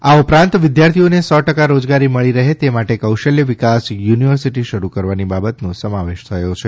આ ઉપરાંત વિદ્યાર્થીઓને સો ટકા રોજગારી મળી રહે તે માટે કૌશલ્ય વિકાસ યુનિવર્સિટી શરૂ કરવાની બાબતનો સમાવેશ થયો છે